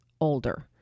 older